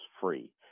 free